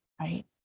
Right